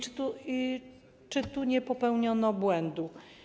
Czy tu nie popełniono błędu?